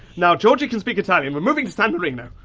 now, georgie can speak italian we're moving to san marino.